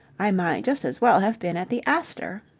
i might just as well have been at the astor.